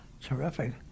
terrific